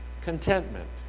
contentment